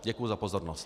Děkuji za pozornost.